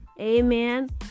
Amen